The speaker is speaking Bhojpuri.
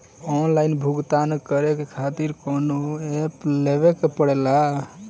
आनलाइन भुगतान करके के खातिर कौनो ऐप लेवेके पड़ेला?